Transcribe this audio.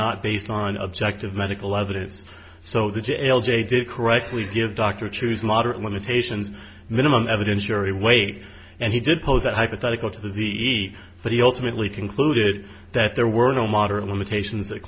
not based on objective medical evidence so the jail j did correctly give dr choose moderate limitations minimum evidence jury weight and he did pose that hypothetical to the but he ultimately concluded that there were no modern limitations th